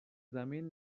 زمین